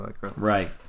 Right